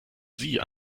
sie